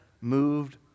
moved